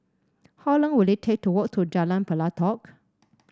how long will it take to walk to Jalan Pelatok